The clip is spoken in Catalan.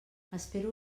espero